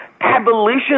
abolition